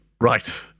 Right